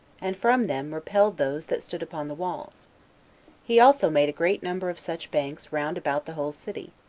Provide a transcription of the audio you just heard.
and from them repelled those that stood upon the walls he also made a great number of such banks round about the whole city,